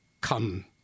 come